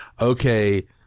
okay